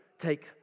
take